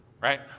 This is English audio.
right